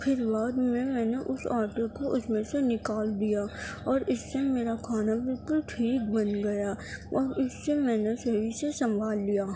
پھر بعد میں میں نے اس آٹے کو اس میں سے نکال دیا اور اس سے میرا کھانا بالکل ٹھیک بن گیا اور اس سے میں نے صحیح سے سنبھال لیا